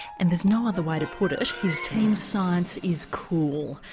and there's no other way to put it his team's science is cool.